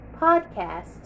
podcast